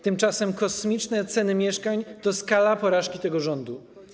Tymczasem kosmiczne ceny mieszkań to skala porażki tego rządu.